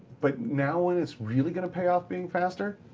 but now when it's really going to pay off being faster,